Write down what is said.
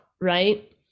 right